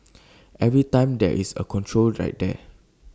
every time there is A control right there